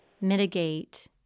mitigate